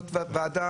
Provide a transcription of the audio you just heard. זאת ועדה